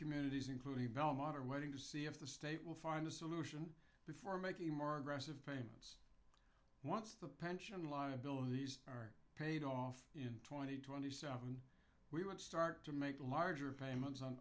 communities including belmont are waiting to see if the state will find a solution before making more aggressive payments once the pension liabilities are paid off in the twenty seven we want to start to make larger payments on